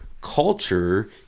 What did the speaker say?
culture